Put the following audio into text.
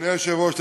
אדוני היושב-ראש,